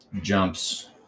jumps